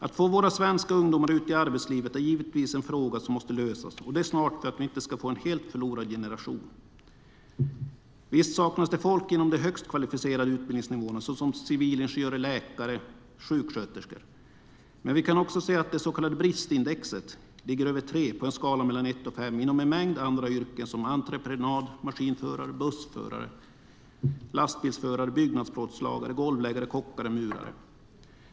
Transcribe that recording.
Att få våra svenska ungdomar ut i arbetslivet är givetvis en fråga som måste lösas, och det snart, för att vi inte ska få en helt förlorad generation. Visst saknas det folk inom yrken med de högst kvalificerade utbildningsnivåerna, såsom civilingenjörer, läkare och sjuksköterskor, men vi kan också se att det så kallade bristindexet ligger över 3 på en skala mellan 1 och 5 inom en mängd andra yrken, som entreprenadmaskinförare, bussförare, lastbilsförare, byggnadsplåtslagare, golvläggare, kockar och murare.